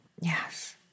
Yes